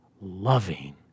loving